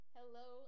Hello